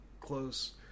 close